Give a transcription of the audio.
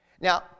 Now